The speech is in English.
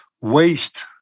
waste